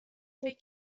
فکر